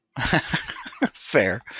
Fair